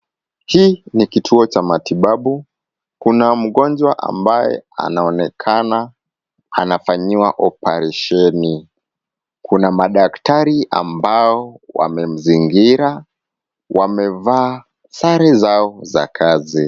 Hiki ni kituo cha matibabu kuna mgonjwa ambaye anaonekana anafanyiwa oparesheni, kuna madakitari ambao wamemzingira wamevaa sare zao za kazi.